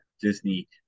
Disney